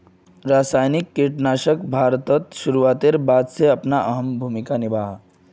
रासायनिक कीटनाशक भारतोत अपना शुरुआतेर बाद से कृषित एक अहम भूमिका निभा हा